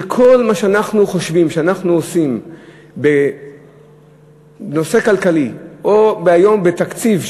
שכל מה שאנחנו חושבים שאנחנו עושים בנושא כלכלי או היום בתקציב,